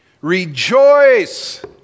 Rejoice